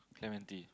Clementi